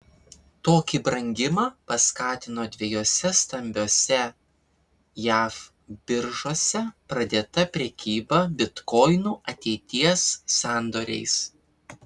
tokį brangimą paskatino dviejose stambiose jav biržose pradėta prekyba bitkoinų ateities sandoriais